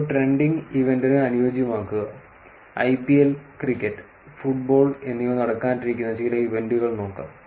ഒരു ട്രെൻഡിംഗ് ഇവന്റിന് അനുയോജ്യമാകുക ഐപിഎൽ ക്രിക്കറ്റ് ഫുട്ബോൾ എന്നിവ നടക്കാനിരിക്കുന്ന ചില ഇവന്റുകൾ നോക്കാം